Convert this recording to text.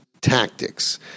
tactics